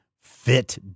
fit